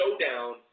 showdown